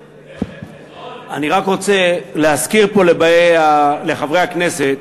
אני רק רוצה להזכיר פה לחברי הכנסת,